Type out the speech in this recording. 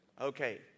Okay